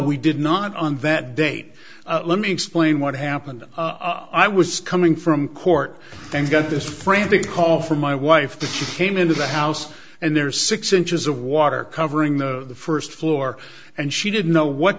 we did not on that date let me explain what happened i was coming from court and got this frantic call from my wife that she came into the house and there are six inches of water covering the first floor and she didn't know what